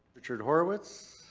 richard horowitz.